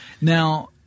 Now